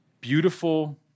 beautiful